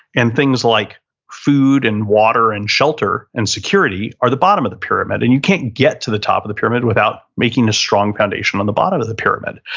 and things like food and water and shelter and security are the bottom of the pyramid and you can't get to the top of the pyramid without making a strong foundation on the bottom of the pyramid.